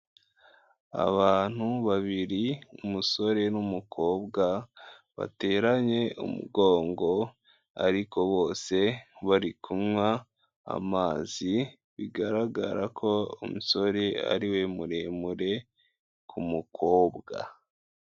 Abantu babiri umusore n'umukobwa, bateranye umugongo ariko bose bari kunywa amazi, bigaragara ko umusore ari we muremure ku mukobwa.